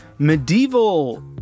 Medieval